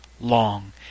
long